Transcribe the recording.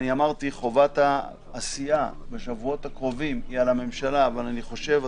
אמרתי שחובת העשייה בשבועות הקרובים היא על הממשלה אבל אני חושב,